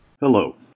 Hello